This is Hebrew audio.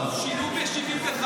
לא נכון, שינו ב-1975.